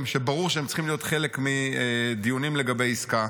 שברור שצריכים להיות חלק בדיונים לגבי העסקה.